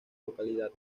localidad